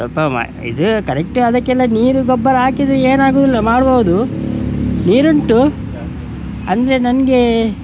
ಸ್ವಲ್ಪ ಮ್ ಇದು ಕರೆಕ್ಟಾಗಿ ಅದಕ್ಕೆಲ್ಲ ನೀರು ಗೊಬ್ಬರ ಹಾಕಿದರೆ ಏನಾಗುವುದಿಲ್ಲ ಮಾಡ್ಬೋದು ನೀರುಂಟು ಅಂದರೆ ನನಗೆ